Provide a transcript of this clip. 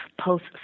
post